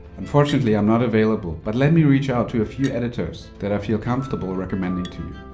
unfortunately, i'm not available, but let me reach out to a few editors that i feel comfortable ah recommending to you.